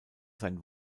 sein